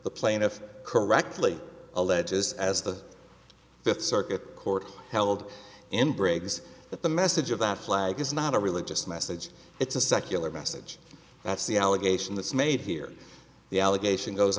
the plaintiff correctly alleges as the fifth circuit court held in briggs that the message of that flag is not a religious message it's a secular message that's the allegation that's made here the allegation goes